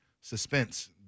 suspense